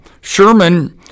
Sherman